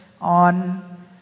on